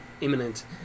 imminent